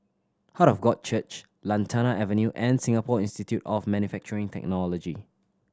Heart of God Church Lantana Avenue and Singapore Institute of Manufacturing Technology